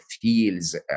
feels